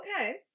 Okay